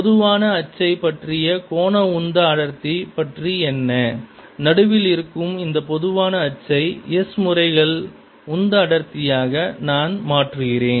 பொதுவான அச்சை பற்றிய கோண உந்த அடர்த்தி பற்றி என்ன நடுவில் இருக்கும் இந்த பொதுவான அச்சை s முறைகள் உந்த அடர்த்தியாக நான் மாற்றுகிறேன்